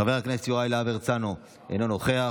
חבר הכנסת יוראי להב הרצנו, אינו נוכח,